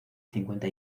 cincuenta